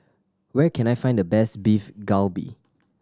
where can I find the best Beef Galbi